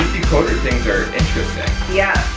decoder things are interesting. yeah,